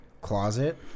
closet